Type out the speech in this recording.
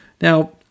Now